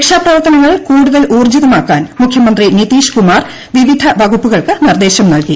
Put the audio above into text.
രക്ഷാപ്രവർത്തനങ്ങൾ കൂടുതൽ ഊർജ്ജിതമാക്കാൻ മുഖ്യമന്ത്രി നിതീഷ് കുമാർ വിവിധ വകുപ്പുകൾക്ക് നിർദ്ദേശം നൽകി